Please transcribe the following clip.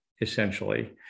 essentially